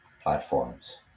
platforms